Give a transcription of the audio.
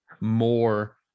more